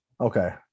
Okay